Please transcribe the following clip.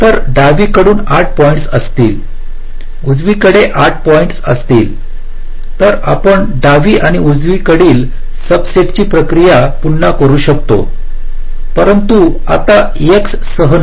तर डावीकडून 8 पॉईंट्स असतील उजवीकडे 8 पॉईंट्स असतील तर आपण डावी आणि उजवीकडील सब सेट ची प्रक्रिया पुन्हा करू शकतो परंतु आता x सह नाही तर y सह